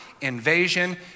invasion